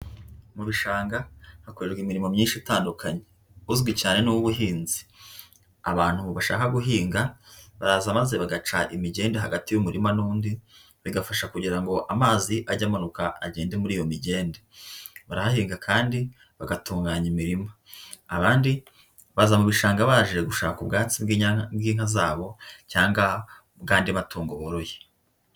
Mu bishanga, hakorerwa imirimo myinshi itandukanye; uzwi cyane ni uw'ubuhinzi. Abantu bashaka guhinga, baraza maze bagacana imigende hagati y'umurima n'undi, bigafasha kugira ngo amazi ajye amanuka agende muri iyo migende. Barahahinga kandi, bagatunganya imirima. Abandi, baza mu bishanga baje gushaka ubwatsi bw'inyana, bw'inka zabo cyangwa ubw'andi matungo boroye.